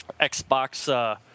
Xbox